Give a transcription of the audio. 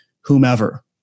whomever